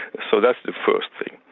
so that's the first thing.